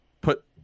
put